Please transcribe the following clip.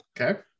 Okay